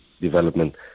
development